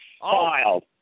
filed